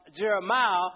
Jeremiah